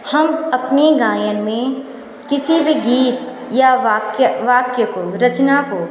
हम अपने गायन में किसी भी गीत या वाक्य वाक्य को रचना को